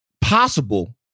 possible